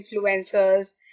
influencers